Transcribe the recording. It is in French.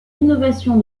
innovation